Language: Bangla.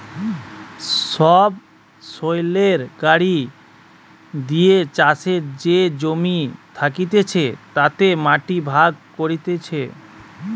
সবসৈলের গাড়ি দিয়ে চাষের যে জমি থাকতিছে তাতে মাটি ভাগ করতিছে